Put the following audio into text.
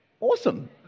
Awesome